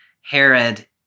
Herod